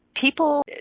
People